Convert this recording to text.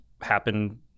happen